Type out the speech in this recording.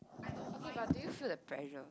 okay but do you feel the pressure